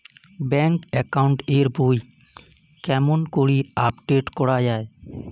Bank account এর বই কেমন করি আপডেট করা য়ায়?